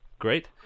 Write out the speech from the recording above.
Great